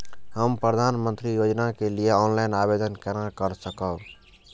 हम प्रधानमंत्री योजना के लिए ऑनलाइन आवेदन केना कर सकब?